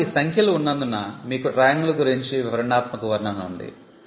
కాబట్టి ఈ సంఖ్యలు ఉన్నందున మీకు డ్రాయింగ్ల గురించి వివరణాత్మక వర్ణన ఉంది